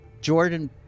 Jordan